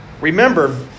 Remember